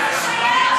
בבקשה.